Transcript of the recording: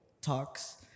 talks